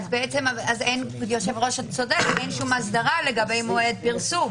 אז היושב-ראש צודק אין הסדרה לגבי מועד פרסום.